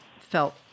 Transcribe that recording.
felt